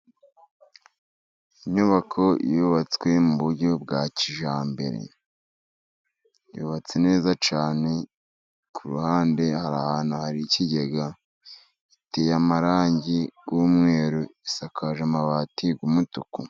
Inyubako yubatswe mu buryo bwa kijyambere yubatse neza cyane ku ruhande hari ahantu hari ikigega iteye amarangi y'umweru, isakaje amabati y'umutuku.